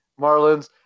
Marlins